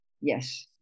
Yes